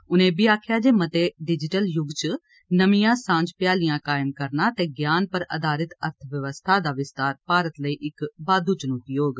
उनें इब्बी आखेआ जे मते डिजिटल य्ग च नमियां सांझ भ्यालियां कायम करना ते ज्ञान पर आधारित अर्थबवस्था दा विस्तार भारत लेई इक बाद्धू चुनौती होग